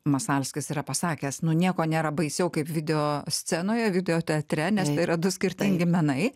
masalskis yra pasakęs nu nieko nėra baisiau kaip video scenoje video teatre nes tai yra du skirtingi menai